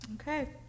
Okay